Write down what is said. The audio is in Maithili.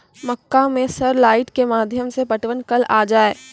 मक्का मैं सर लाइट के माध्यम से पटवन कल आ जाए?